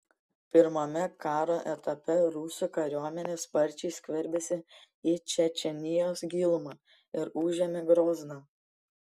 pirmame karo etape rusų kariuomenė sparčiai skverbėsi į čečėnijos gilumą ir užėmė grozną